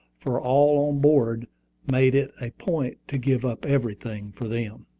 for all on board made it a point to give up everything for them.